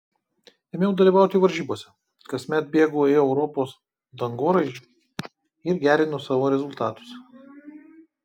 ėmiau dalyvauti varžybose kasmet bėgu į europos dangoraižį ir gerinu savo rezultatus